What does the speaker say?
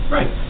Right